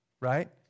right